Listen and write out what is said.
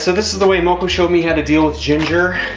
so this is the way mokko showed me how to deal with ginger.